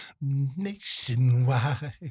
Nationwide